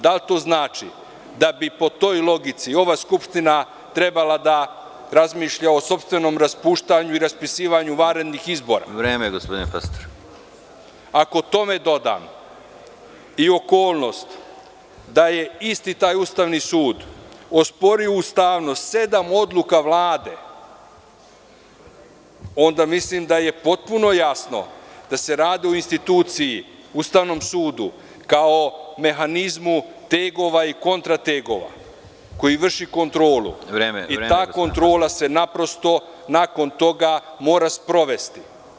Da li to znači da bi toj logici ova skupština trebala da razmišlja o sopstvenom raspuštanju i raspisivanju vanrednih izbora? (Predsedavajući: Vreme.) Ako tome dodam i okolnost da je isti taj Ustavni sud osporio ustavnost sedam odluka Vlade, onda mislim da je potpuno jasno da se radi o instituciji, Ustavnom sudu, kao mehanizmu tegova i kontra tegova, koji vrši kontrolu i ta kontrola se nakon toga mora sprovesti.